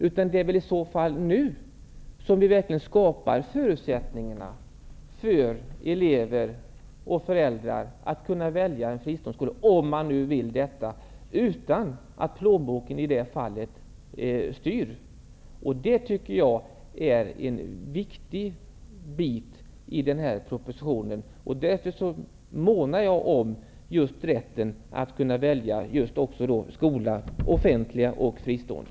Snarare är det nu vi verkligen skapar förutsättningar för elever och föräldrar att välja en fristående skola, om man vill det, utan att plånboken styr. Det tycker jag är en viktig del i den här propositionen. Därför månar jag om rätten att kunna välja också skola, offentlig eller fristående.